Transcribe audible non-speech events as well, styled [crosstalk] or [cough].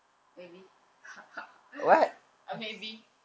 maybe [laughs] ah maybe